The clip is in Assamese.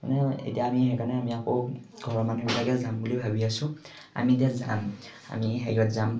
মানে এতিয়া আমি সেইকাৰণে আমি আকৌ ঘৰৰ মানুহবিলাকে যাম বুলি ভাবি আছোঁ আমি এতিয়া যাম আমি হেৰিয়ত যাম